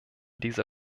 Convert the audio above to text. diese